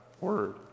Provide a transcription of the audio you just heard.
Word